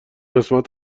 قسمت